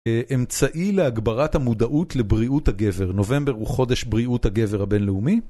אמצעי להגברת המודעות לבריאות הגבר. נובמבר הוא חודש בריאות הגבר הבינלאומי.